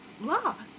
lost